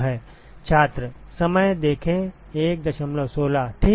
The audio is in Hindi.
ठीक